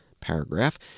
paragraph